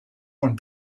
when